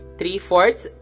three-fourths